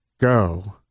go